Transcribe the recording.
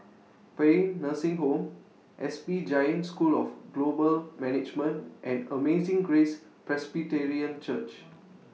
Paean Nursing Home S P Jain School of Global Management and Amazing Grace Presbyterian Church